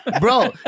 Bro